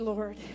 Lord